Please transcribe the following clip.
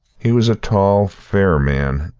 he was a tall, fair man,